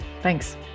Thanks